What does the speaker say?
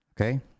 Okay